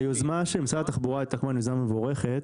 היוזמה של משרד התחבורה הייתה כמובן יוזמה מבורכת,